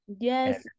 Yes